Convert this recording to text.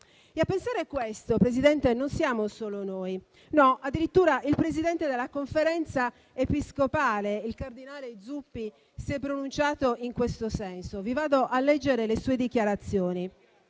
A pensare questo, signor Presidente, non siamo solo noi. Addirittura il presidente della Conferenza episcopale italiana, il cardinale Zuppi, si è pronunciato in questo senso. Vi vado a leggere le sue dichiarazioni: